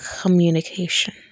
communication